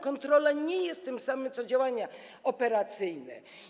Kontrola nie jest tym samym co działania operacyjne.